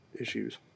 issues